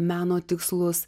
meno tikslus